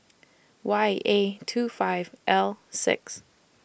Y A two five L six